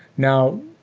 now,